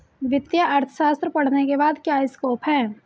वित्तीय अर्थशास्त्र पढ़ने के बाद क्या स्कोप है?